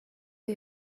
you